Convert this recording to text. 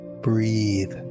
breathe